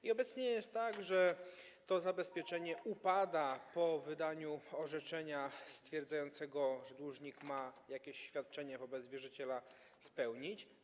I obecnie jest tak, że to zabezpieczenie upada po wydaniu orzeczenia stwierdzającego, że dłużnik ma jakieś świadczenie wobec wierzyciela spełnić.